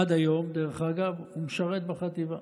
עד היום, דרך אגב, הוא משרת בחטיבה.